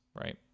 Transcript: right